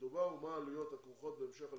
מדובר ומה העלויות הכרוכות בהמשך הלימודים.